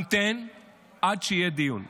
המתן עד שיהיה דיון.